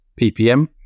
ppm